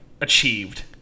achieved